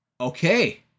Okay